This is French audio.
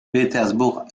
petersburg